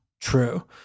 true